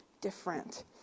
different